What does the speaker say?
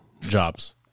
jobs